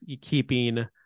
keeping